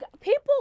people